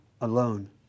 alone